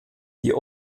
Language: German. die